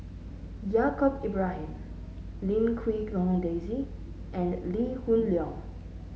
Yaacob Ibrahim Lim Quee Hong Daisy and Lee Hoon Leong